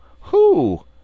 who